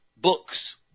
Books